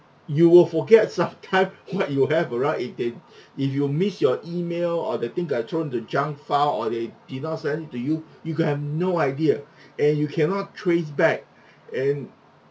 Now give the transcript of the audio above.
you will forget sometimes what you have around in it if you miss your email or the thing I throw in the junk file or they did not send to you you could have no idea and you cannot trace back and